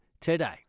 today